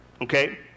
Okay